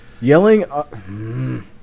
Yelling